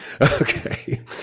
Okay